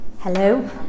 Hello